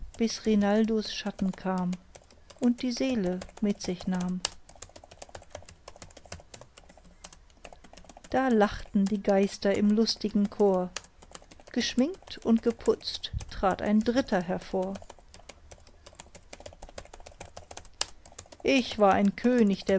bis rinaldos schatten kam und die seele mit sich nahm da lachten die geister im lustigen chor geschminkt und geputzt trat ein dritter hervor ich war ein könig der